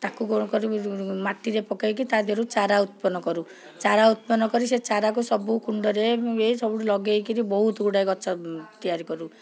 ତାକୁ କ'ଣ କରିବୁ ମାଟିରେ ପକାଇକି ତା ଦେହରୁ ଚାରା ଉତ୍ପନ କରୁ ଚାରା ଉତ୍ପନ କରି ସେ ଚାରାକୁ ସବୁ କୁଣ୍ଡରେ ଇଏ ସବୁଠି ଲଗେଇକିରି ବହୁତ ଗୁଡ଼ିଏ ଗଛ ତିଆରି କରୁ